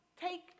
take